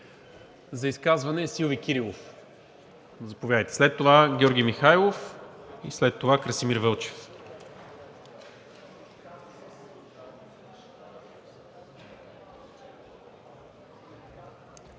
За изказване – Силви Кирилов. След това са Георги Михайлов и Красимир Вълчев.